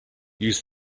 use